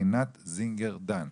עינת זינגר דן.